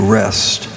rest